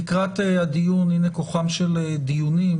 הנה כוחם של דיונים,